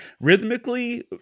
rhythmically